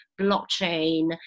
blockchain